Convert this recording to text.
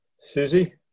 Susie